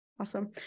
Awesome